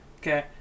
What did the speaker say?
Okay